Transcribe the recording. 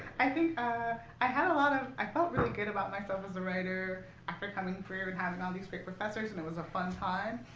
i think i had a lot of i felt really good about myself as a writer after coming through and having all these great professors. and it was a fun time.